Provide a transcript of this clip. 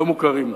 לא מוכרים.